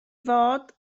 fod